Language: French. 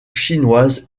chinoises